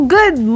Good